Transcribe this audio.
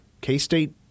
K-State